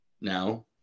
Now